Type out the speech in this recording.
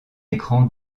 écran